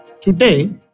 Today